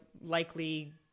likely